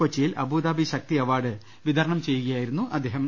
കൊച്ചിയിൽ Abu Dhabi Shakti award വിതരണം ചെയ്യുകയായിരുന്നു അദ്ദേഹം